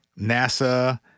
NASA